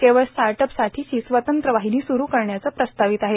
केवळ स्टार्टअप साठी स्वतंत्र वाहिनी स्रू करणं प्रस्तावित आहे